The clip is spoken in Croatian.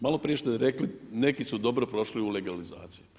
Malo prije što ste rekli, neki su dobro prošli u legalizaciji.